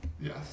Yes